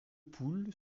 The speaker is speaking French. poules